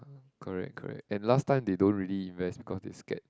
correct correct and last time they don't really invest because they scared